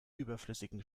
überflüssigen